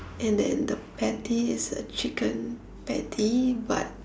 and then the patty is a chicken patty but